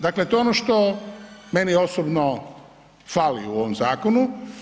Dakle, to je ono što meni osobno fali u ovom zakonu.